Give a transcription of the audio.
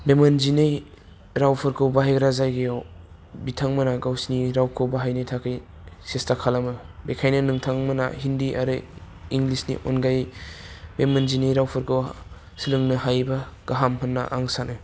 बे मोन जिनै रावफोरखौ बाहायग्रा जायगायाव बिथांमोना गावसिनि रावखौ बाहायनो थाखै सेस्था खालामो बेखायनो नोंथांमोना हिन्दी आरो इंग्लिसनि अनगायै बे मोन जिनै रावफोरखौ सोलोंनो हायोबा गाहाम होनना आं सानो